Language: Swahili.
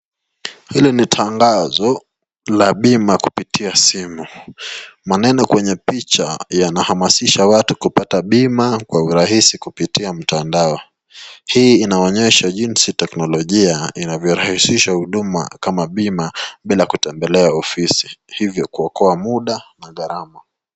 Hili ni tangazo la pima kuipita suimu manano kwenye picha yanahamasisha watu kupata pima kea hurahisi kuipita mtandao, hii inaonyesha jinzi tekinolochia inavyu rahisisha huuduma pima bila kutembeles ofisi hivi kuokoa muda na gharama.